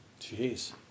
Jeez